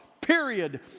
period